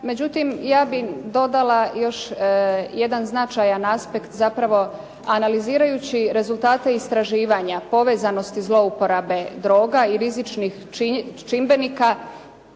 Međutim, ja bih dodala još jedan značajan aspekt zapravo analizirajući rezultate istraživanja povezanosti zlouporabe droga i rizičnih čimbenika